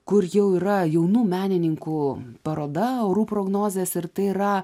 kur jau yra jaunų menininkų paroda orų prognozės ir tai yra